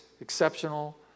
exceptional